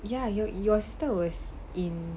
ya you your sister was in